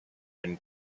and